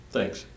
Thanks